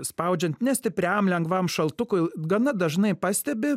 spaudžiant nestipriam lengvam šaltukui gana dažnai pastebi